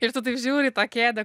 ir tu taip žiūri į tą kėdę